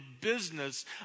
business